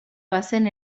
bazen